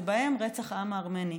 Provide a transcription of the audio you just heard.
ובהם רצח העם הארמני.